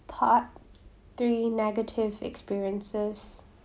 part three negative experiences